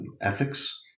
ethics